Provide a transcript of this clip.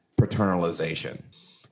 paternalization